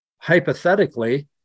hypothetically